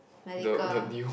medical